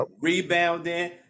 rebounding